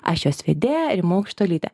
aš jos vedėja rima aukštuolytė